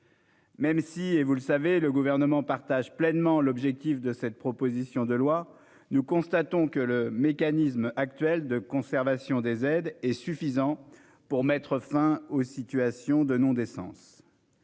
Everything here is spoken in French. Même si le Gouvernement partage pleinement l'objectif de cette proposition de loi, nous constatons que le mécanisme actuel de conservation des aides est suffisant pour mettre fin aux situations de non-décence.